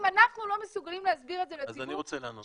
אם אנחנו לא מסוגלים להסביר את זה לציבור,